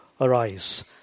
arise